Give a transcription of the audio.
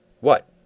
what